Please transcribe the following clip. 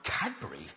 Cadbury